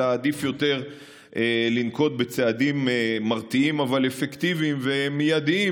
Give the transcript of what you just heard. אלא עדיף לנקוט צעדים מרתיעים אבל אפקטיביים ומיידיים,